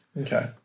Okay